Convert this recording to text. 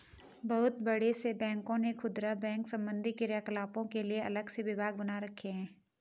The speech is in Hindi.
बहुत से बड़े बैंकों ने खुदरा बैंक संबंधी क्रियाकलापों के लिए अलग से विभाग बना रखे हैं